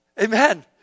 Amen